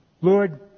Lord